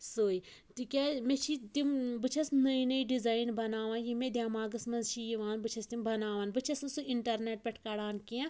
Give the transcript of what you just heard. سُے تِکیٛازِ مےٚ چھِ تِم بہٕ چھیٚس نٔے نٔے ڈِزایِن بَناوان یِم مےٚ دیٚماغَس منٛز چھِ یِوان بہٕ چھیٚس تِم بَناوان بہٕ چھیٚس نہٕ سُہ اِنٹَرنیٚٹ پٮ۪ٹھ کَڑان کیٚنٛہہ